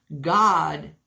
God